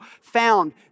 found